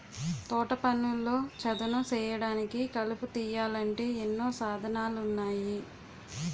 తోటపనుల్లో చదును సేయడానికి, కలుపు తీయాలంటే ఎన్నో సాధనాలున్నాయి